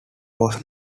was